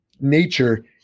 nature